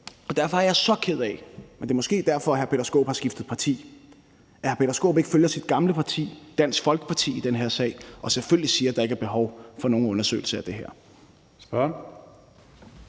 Og derfor er jeg så ked af – og det er måske derfor, hr. Peter Skaarup har skiftet parti – at hr. Peter Skaarup ikke følger sit gamle parti, Dansk Folkeparti, i den her sag og selvfølgelig siger, at der ikke er behov for nogen undersøgelse af det her.